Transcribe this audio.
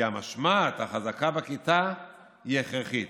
כי המשמעת החזקה בכיתה היא הכרחית,